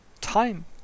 time